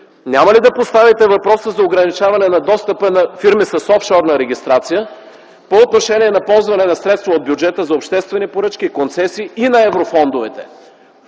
няма ли да поставите въпроса за ограничаване на достъпа на фирми с офшорна регистрация по отношение на ползване на средства от бюджета за обществени поръчки и концесии и на еврофондовете?